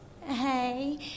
Hey